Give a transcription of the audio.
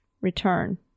return